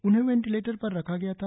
उन्हें वेंटिलेटर पर रखा गया था